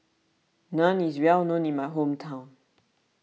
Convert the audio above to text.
Naan is well known in my hometown